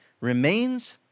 remains